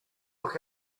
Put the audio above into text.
look